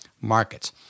markets